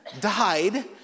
died